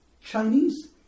Chinese